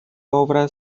obra